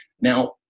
Now